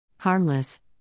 harmless